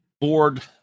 board